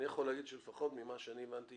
אני יכול להגיד שלפחות ממה שאני הבנתי,